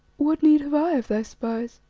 what need have i of thy spies?